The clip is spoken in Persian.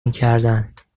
میکردند